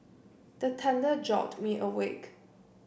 the thunder jolt me awake